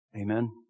Amen